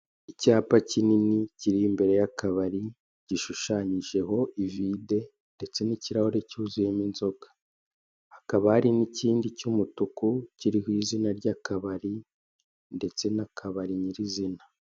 Icyapa kinini, kiri imbere ya kabari gishushanyijeho ivide ndetse nikirahure cyuzuyemo inzoga; hakaba hari nikindi cyumutuku, kiriho izina ryakabari, ndetse nakabari nyirizina.